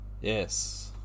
Yes